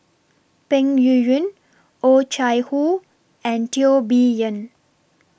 Peng Yuyun Oh Chai Hoo and Teo Bee Yen